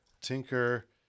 Tinker